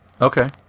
okay